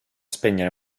spegnere